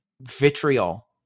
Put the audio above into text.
vitriol